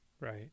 right